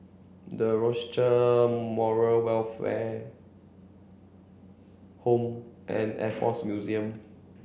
the Rochester Moral Welfare Home and Air Force Museum